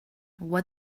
what